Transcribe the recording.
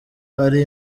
ari